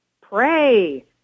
pray